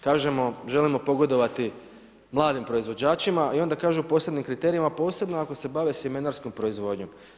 Kažemo želimo pogodovati mladim proizvođačima i onda kažu u posebnim kriterijima, posebno ako se bave sjemenarskom proizvodnjom.